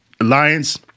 Alliance